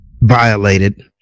violated